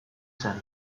zen